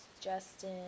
Justin